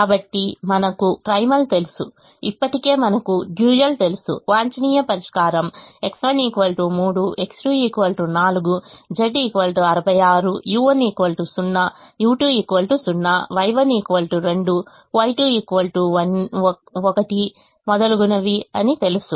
కాబట్టి మనకు ప్రైమల్ తెలుసుఇప్పటికే మనకు డ్యూయల్ తెలుసు వాంఛనీయ పరిష్కారం X1 3 X2 4 Z 66 u1 0 u2 0 Y1 2 Y2 1 etcetera అని తెలుసు